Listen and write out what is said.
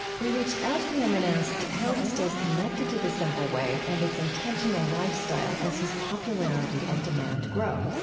we reached out to him and asked how he stays connected to the simple way and its intentional lifestyle as his popularity and demand grow.